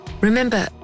Remember